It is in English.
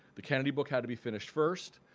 the kennedy book had to be finished first.